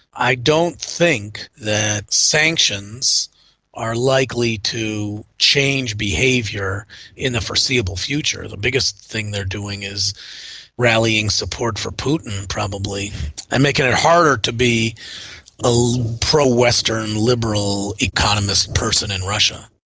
i don't think that sanctions are likely to change behaviour in the foreseeable future. the biggest thing they are doing is rallying support for putin probably and making it harder to be a pro-western liberal economist person in russia.